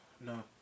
No